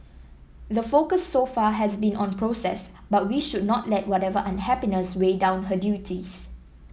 the focus so far has been on process but we should not let whatever unhappiness weigh down her duties